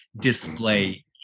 display